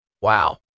Wow